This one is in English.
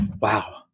Wow